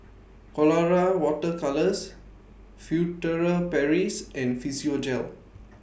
Colora Water Colours Furtere Paris and Physiogel